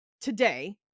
today